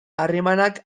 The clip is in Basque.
harremanak